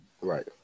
Right